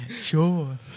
Sure